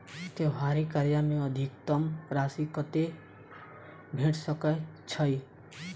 त्योहारी कर्जा मे अधिकतम राशि कत्ते भेट सकय छई?